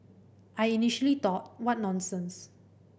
I initially thought what nonsense